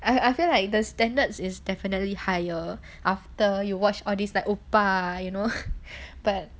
I I feel like the standards is definitely higher after you watch all these like oppa you know but